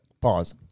Pause